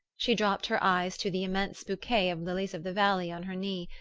she dropped her eyes to the immense bouquet of lilies-of-the-valley on her knee,